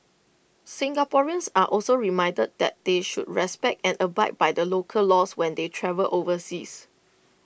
Singaporeans are also reminded that they should respect and abide by the local laws when they travel overseas